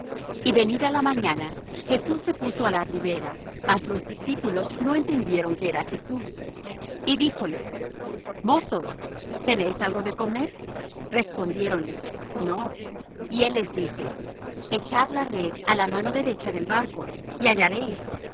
y venida la mañana jesús se puso á la ribera mas los discípulos no entendieron que era jesús y díjoles mozos tenéis algo de comer respondiéronle no y él les dice echad la red á la mano derecha del barco y hallaréis